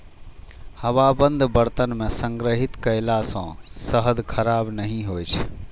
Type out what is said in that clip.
हवाबंद बर्तन मे संग्रहित कयला सं शहद खराब नहि होइ छै